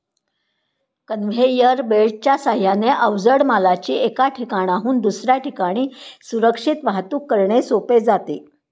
conveyor बेल्टच्या साहाय्याने अवजड मालाची एका ठिकाणाहून दुसऱ्या ठिकाणी सुरक्षित वाहतूक करणे सोपे जाते